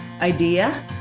idea